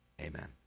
Amen